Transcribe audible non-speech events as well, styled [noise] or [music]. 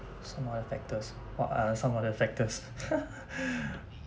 some of the factors what are some of the factors [laughs]